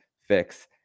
fix